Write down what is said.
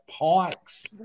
Pike's